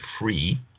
free